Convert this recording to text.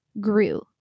grew